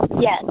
Yes